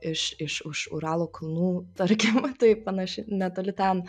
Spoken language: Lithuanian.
iš iš už uralo kalnų tarkim va taip panašiai netoli ten